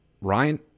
ryan